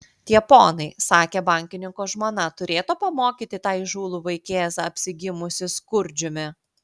tie ponai sakė bankininko žmona turėtų pamokyti tą įžūlų vaikėzą apsigimusį skurdžiumi